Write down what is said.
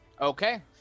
okay